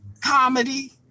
comedy